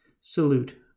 salute